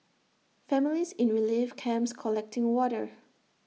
families in relief camps collecting water